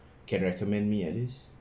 can recommend me at least